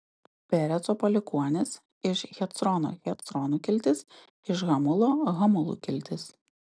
pereco palikuonys iš hecrono hecronų kiltis iš hamulo hamulų kiltis